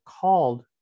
called